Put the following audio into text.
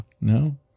No